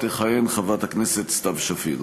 תכהן חברת הכנסת סתיו שפיר.